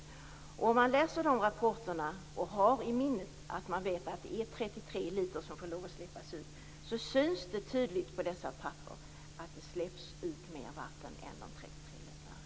Om man när man läser dessa rapporter har i minnet att 33 liter vatten får släppas ut ser man tydligt i papperna att det släpps ut mer.